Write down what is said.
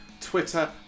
Twitter